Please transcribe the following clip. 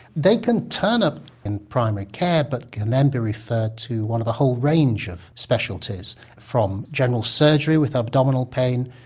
they can turn up in primary care but can then be referred to one of a whole range of specialties from general surgery with abdominal pain,